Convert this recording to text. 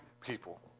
people